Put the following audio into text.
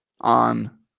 on